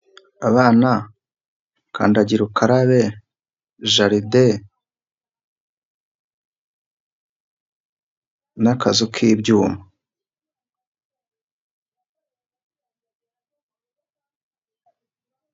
Abana, kandagira ukarabe, jaride n'akazu k'ibyuma.